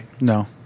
No